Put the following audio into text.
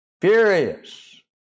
Furious